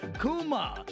Kuma